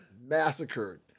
massacred